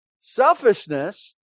Selfishness